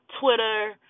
Twitter